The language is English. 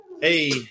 Hey